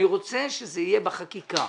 אני רוצה שזה יהיה בחקיקה.